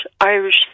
Irish